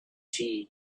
tea